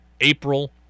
April